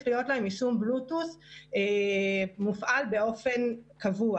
להיות להם יישום בלוטות' מופעל באופן קבוע.